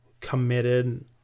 committed